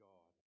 God